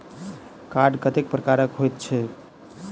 Card कतेक प्रकारक होइत छैक?